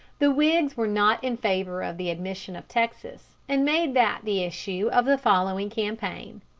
the whigs were not in favor of the admission of texas, and made that the issue of the following campaign,